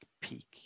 peak